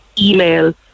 email